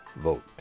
Vote